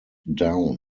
down